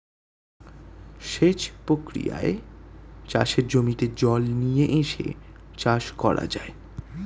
সেচ প্রক্রিয়ায় চাষের জমিতে জল নিয়ে এসে চাষ করা যায়